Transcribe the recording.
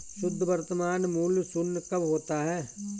शुद्ध वर्तमान मूल्य शून्य कब होता है?